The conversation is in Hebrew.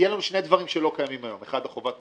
יהיו לנו שני דברים שלא קיימים היום: חובת מסלול,